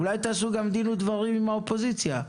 אולי תעשו דין ודברים עם האופוזיציה?